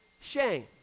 shame